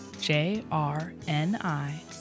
J-R-N-I